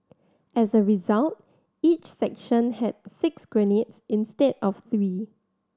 as a result each section had six grenades instead of three